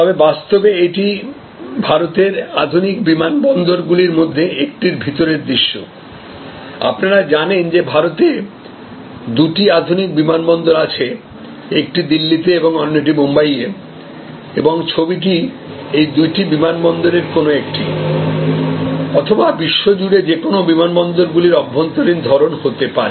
তবে বাস্তবে এটি ভারতের আধুনিক বিমানবন্দরগুলির মধ্যে একটির ভিতরের দৃশ্য আপনারা জানেন যে ভারতে দুটি আধুনিক বিমানবন্দর রয়েছে একটি দিল্লিতে এবং অন্যটি মুম্বাইয়ে এবং ছবিটি এই দুইটি বিমানবন্দরের কোন একটি অথবা বিশ্ব জুড়ে যে কোনও বিমানবন্দরগুলির অভ্যন্তরীণ ধরণ হতে পারে